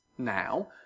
now